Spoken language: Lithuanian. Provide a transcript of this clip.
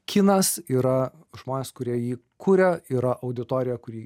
kinas yra žmonės kurie jį kuria yra auditorija kuri jį